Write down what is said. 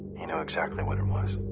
you know exactly what it was.